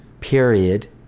period